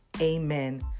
amen